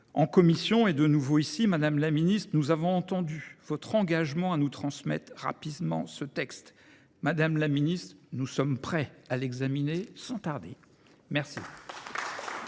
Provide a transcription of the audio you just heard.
En commission et de nouveau ici, Madame la Ministre, nous avons entendu votre engagement à nous transmettre rapidement ce texte. Madame la Ministre, nous sommes prêts à l'examiner sans tarder. Merci.